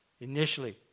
initially